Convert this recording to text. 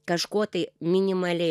kažkuo tai minimaliai